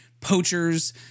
poachers